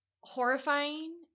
horrifying